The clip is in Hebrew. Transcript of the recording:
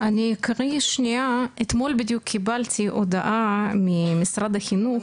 אתמול בדיוק קיבלתי הודעה ממשרד החינוך,